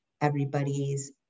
everybody's